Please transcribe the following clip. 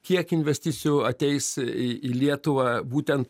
kiek investicijų ateis į į lietuvą būtent